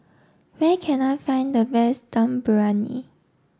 where can I find the best Dum Briyani